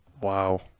Wow